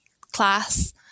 class